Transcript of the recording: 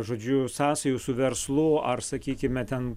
žodžiu sąsajų su verslu ar sakykime ten